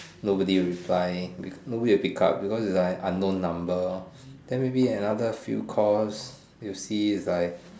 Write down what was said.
nobody reply nobody will pick up because is an unknown number then maybe another few calls you see is like